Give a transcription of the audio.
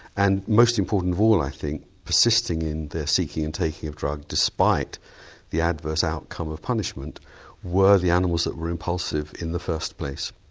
and most important of all i think persisting in their seeking and taking of drugs despite the adverse outcome of punishment were the animals that were impulsive in the first place.